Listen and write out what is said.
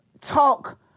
talk